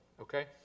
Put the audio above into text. Okay